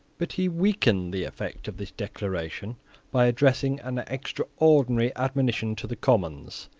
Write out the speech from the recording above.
but he weakened the effect of this declaration by addressing an extraordinary admonition to the commons.